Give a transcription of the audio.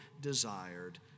desired